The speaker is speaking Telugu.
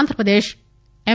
ఆంధ్రప్రదేశ్ ఎం